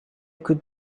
could